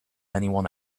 anyone